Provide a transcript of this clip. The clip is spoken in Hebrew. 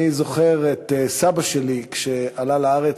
אני זוכר את סבא שלי כשעלה לארץ,